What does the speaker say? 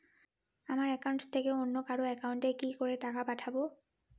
আমার একাউন্ট থেকে অন্য কারো একাউন্ট এ কি করে টাকা পাঠাবো?